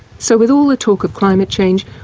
so with all the talk of climate change,